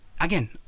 Again